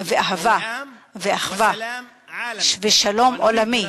ואהבה, ואחווה ושלום עולמי.